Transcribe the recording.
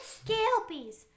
scalpies